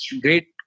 great